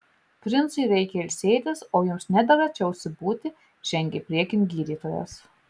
princui reikia ilsėtis o jums nedera čia užsibūti žengė priekin gydytojas